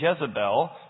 Jezebel